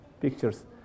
pictures